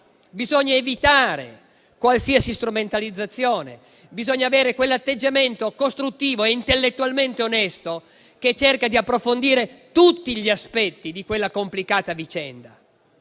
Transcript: bisogna evitare qualsiasi strumentalizzazione; bisogna avere un atteggiamento costruttivo e intellettualmente onesto che cerca di approfondire tutti gli aspetti di quella complicata vicenda.